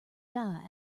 guy